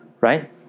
Right